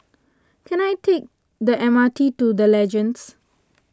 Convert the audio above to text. can I take the M R T to the Legends